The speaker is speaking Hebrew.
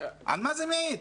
על מה זה מעיד?